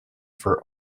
for